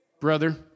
Brother